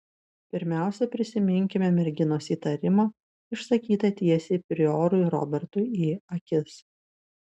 pirmiausia prisiminkime merginos įtarimą išsakytą tiesiai priorui robertui į akis